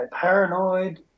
paranoid